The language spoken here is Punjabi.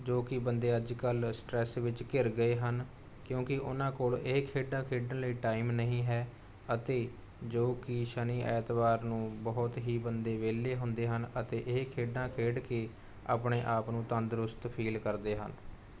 ਜੋ ਕਿ ਬੰਦੇ ਅੱਜ ਕੱਲ੍ਹ ਸਟ੍ਰੈਸ ਵਿੱਚ ਘਿਰ ਗਏ ਹਨ ਕਿਉਂਕਿ ਉਹਨਾਂ ਕੋਲ ਇਹ ਖੇਡਾਂ ਖੇਡਣ ਲਈ ਟਾਈਮ ਨਹੀਂ ਹੈ ਅਤੇ ਜੋ ਕਿ ਸ਼ਨੀ ਐਤਵਾਰ ਨੂੰ ਬਹੁਤ ਹੀ ਬੰਦੇ ਵਿਹਲੇ ਹੁੰਦੇ ਹਨ ਅਤੇ ਇਹ ਖੇਡਾਂ ਖੇਡ ਕੇ ਆਪਣੇ ਆਪ ਨੂੰ ਤੰਦਰੁਸਤ ਫੀਲ ਕਰਦੇ ਹਨ